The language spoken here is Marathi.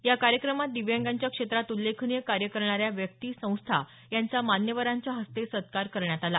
या कार्यक्रमात दिव्यांगाच्या क्षेत्रात उल्लेखनिय कार्य करणाऱ्या व्यक्ती संस्था यांचा मान्यवरांच्या हस्ते सत्कार करण्यात आला